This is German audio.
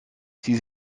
sie